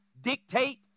dictate